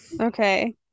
Okay